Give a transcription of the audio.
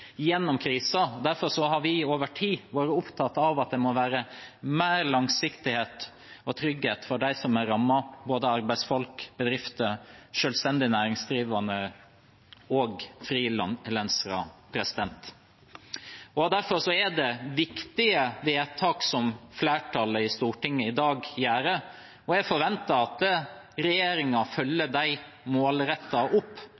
gjennom krisen. Derfor har vi over tid vært opptatt av at det må være mer langsiktighet og trygghet for dem som er rammet, både arbeidsfolk, bedrifter, selvstendig næringsdrivende og frilansere. Derfor er det viktige vedtak flertallet i Stortinget gjør i dag. Jeg forventer at regjeringen følger målrettet opp